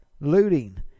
looting